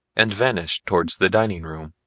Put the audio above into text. and vanished towards the dining-room.